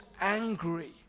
angry